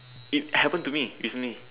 it happen to me with me